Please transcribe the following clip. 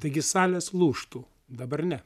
taigi salės lūžtų dabar ne